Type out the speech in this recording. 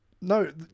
No